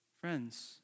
Friends